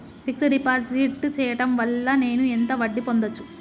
Fix డ్ deposit చేయటం వల్ల నేను ఎంత వడ్డీ పొందచ్చు?